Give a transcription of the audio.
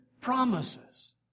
promises